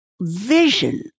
vision